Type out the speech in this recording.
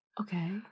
Okay